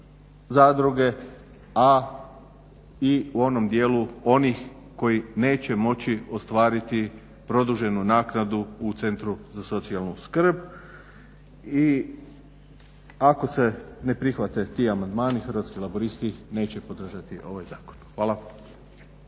zadruge a i u onom dijelu onih koji neće moći ostvariti produženu naknadu u centru za socijalnu skrb. I ako se ne prihvate ti amandmani Hrvatski laburisti neće podržati ovaj zakon. Hvala.